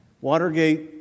Watergate